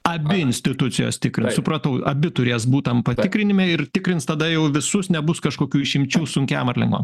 abi institucijos tikrai supratau abi turės būt tam patikrinime ir tikrins tada jau visus nebus kažkokių išimčių sunkiam ar lengvam